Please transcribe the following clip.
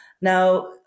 Now